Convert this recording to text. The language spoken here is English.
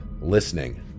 listening